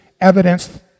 evidence